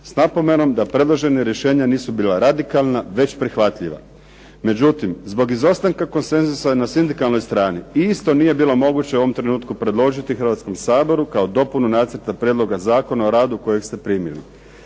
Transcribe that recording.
s napomenom da predložena rješenja nisu bila radikalna već prihvatljiva. Međutim, zbog izostanka konsenzusa na sindikalnoj strani isto nije bilo moguće u ovom trenutku predložiti Hrvatskom saboru kao dopunu Nacrta prijedloga Zakona o radu kojeg ste primili.